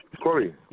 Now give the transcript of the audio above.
Corey